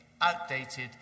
outdated